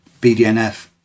BDNF